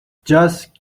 just